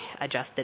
adjusted